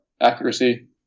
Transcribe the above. accuracy